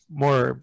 more